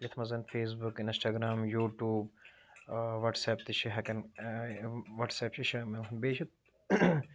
یَتھ منٛز Facebook Instagram YouTube WhatsApp تہِ چھِ ہٮ۪کن وَٹسایپ تہِ چھِ شٲمل بیٚیہِ چھُ